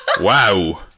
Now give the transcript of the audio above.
Wow